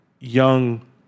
young